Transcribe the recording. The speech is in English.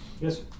Yes